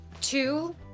two